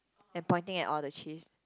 and pointing at all the cheese